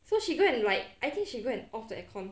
so she go and like I think she go and off the aircon